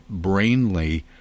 Brainly